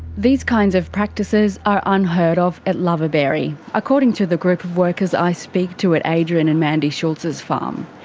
these kinds of practices, are unheard of at luvaberry, according to the group of workers i speak to at adrian and mandy schultz's farm.